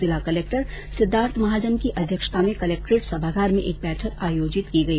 जिला कलक्टर सिद्धार्थ महाजन की अध्यक्षता में कलेक्ट्रेट सभागार में एक बैठक आयोजित की गई